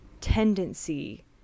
tendency